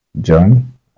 John